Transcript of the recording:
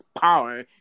power